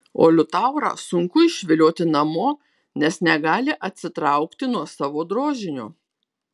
o liutaurą sunku išvilioti namo nes negali atsitraukti nuo savo drožinio